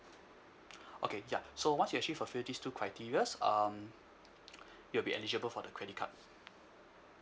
okay ya so once you actually fulfil these two criteria's um you'll be eligible for the credit card